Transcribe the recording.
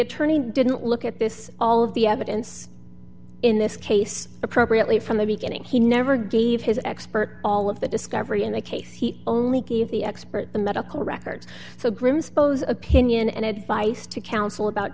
attorney didn't look at this all of the evidence in this case appropriately from the beginning he never gave his expert all of the discovery in the case he only gave the expert the medical records so grim suppose opinion and advice to counsel about